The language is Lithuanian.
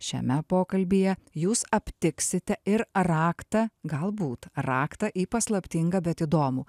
šiame pokalbyje jūs aptiksite ir raktą galbūt raktą į paslaptingą bet įdomų